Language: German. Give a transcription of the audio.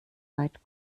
weit